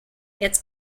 its